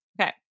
Okay